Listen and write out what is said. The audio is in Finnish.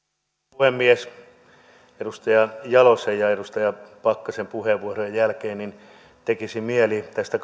puhemies edustaja jalosen ja edustaja pakkasen puheenvuorojen jälkeen tekisi mieli tästä